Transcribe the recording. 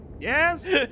Yes